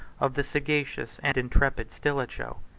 of the sagacious and intrepid stilicho.